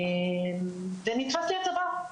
ונתפס לי הצוואר.